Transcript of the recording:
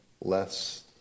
less